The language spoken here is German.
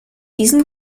diesem